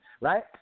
right